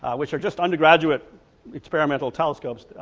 which are just undergraduate experimental telescopes,